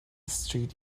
street